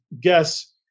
guess